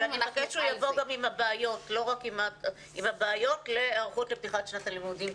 אני מבקשת שהוא יהיה גם על הבעיות להיערכות לפתיחת שנת הלימודים,